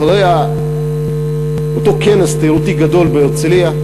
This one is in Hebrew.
אחרי אותו כנס תיירותי גדול בהרצלייה,